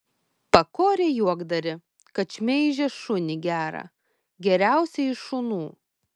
pakorė juokdarį kad šmeižė šunį gerą geriausią iš šunų